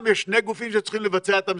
יש שני גופים שצריכים לבצע את המשימה.